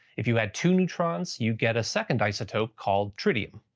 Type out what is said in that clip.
if you had two neutrons you get a second isotope called tritium.